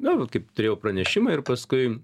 nu kaip turėjau pranešimą ir paskui